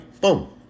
boom